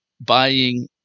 buying